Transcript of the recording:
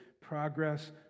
progress